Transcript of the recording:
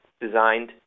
designed